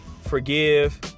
forgive